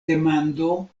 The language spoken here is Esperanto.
demando